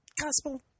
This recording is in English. Gospel